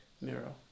mirror